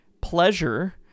pleasure